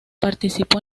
participó